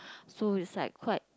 so is like quite